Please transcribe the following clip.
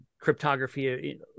cryptography